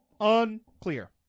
Unclear